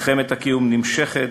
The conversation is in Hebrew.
מלחמת הקיום נמשכת,